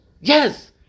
Yes